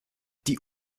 die